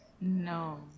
No